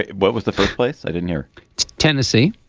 what was the first place? i didn't hear tennessee.